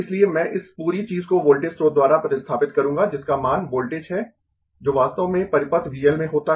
इसलिए मैं इस पूरी चीज को वोल्टेज स्रोत द्वारा प्रतिस्थापित करूंगा जिसका मान वोल्टेज है जो वास्तव में परिपथ V L में होता है